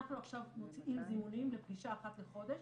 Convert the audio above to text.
אנחנו עכשיו מוציאים זימונים לפגישה אחת לחודש